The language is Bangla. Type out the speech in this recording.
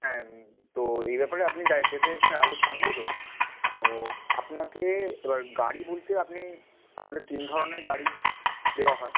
হ্যাঁ তো এই ব্যাপারে আপনি য যেতে চাইছেন রাজস্থান তাই তো তো আপনাকে এবার গাড়ি বলতে আপনি আমাদের তিন ধরনের গাড়ি দেওয়া হয়